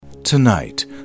tonight